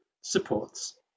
supports